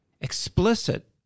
explicit